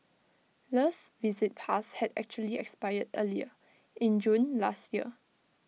le's visit pass had actually expired earlier in June last year